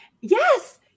Yes